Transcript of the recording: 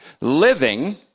Living